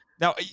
Now